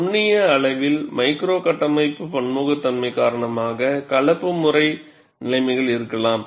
நுண்ணிய அளவில் மைக்ரோ கட்டமைப்பு பன்முகத்தன்மை காரணமாக கலப்பு முறை நிலைமைகள் இருக்கலாம்